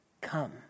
come